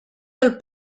del